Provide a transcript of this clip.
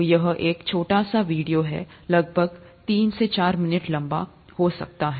तो यह एक छोटा सा वीडियो है लगभग तीन से चार मिनट लंबा हो सकता है